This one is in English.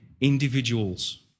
individuals